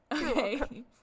Okay